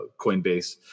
Coinbase